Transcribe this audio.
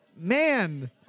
Man